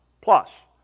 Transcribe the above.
plus